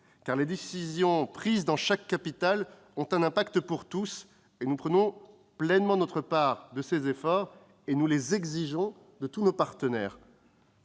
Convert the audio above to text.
car les décisions prises dans chaque capitale ont un impact sur tous. Nous prenons pleinement notre part de ces efforts que nous exigeons de tous nos partenaires.